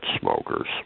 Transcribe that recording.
smokers